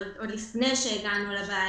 עוד לפני שהגענו לבעיה.